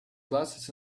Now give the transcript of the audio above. glasses